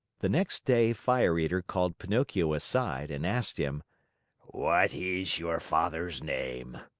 the next day fire eater called pinocchio aside and asked him what is your father's name?